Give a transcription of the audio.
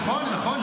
נכון, נכון.